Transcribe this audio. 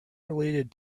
related